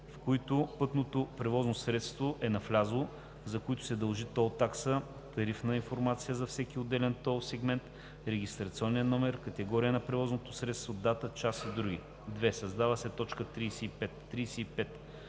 в които пътното превозно средство е навлязло, за които се дължи тол такса, тарифна информация за всеки отделен тол сегмент, регистрационен номер, категория на превозното средство, дата и час и други.“ 2. Създава се т. 35: